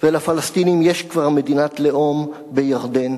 ולפלסטינים כבר יש מדינת לאום בירדן.